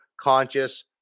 conscious